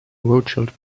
rothschild